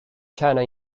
china